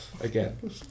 Again